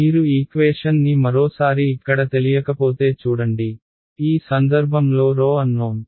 మీరు ఈక్వేషన్ ని మరోసారి ఇక్కడ తెలియకపోతే చూడండి ఈ సందర్భంలో అన్నోన్